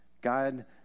God